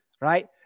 right